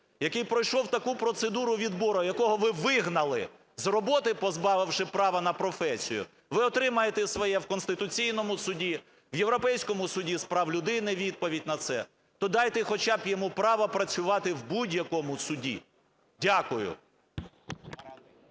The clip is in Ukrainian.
який пройшов таку процедуру відбору, якого ви вигнали з роботи, позбавивши права на професію, ви отримаєте своє в Конституційному Суді, в Європейському суді з прав людини відповідь на це, то дайте хоча б йому право працювати в будь-якому суді. Дякую.